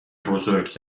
بزرگ